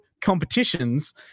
competitions